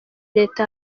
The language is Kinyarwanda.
leta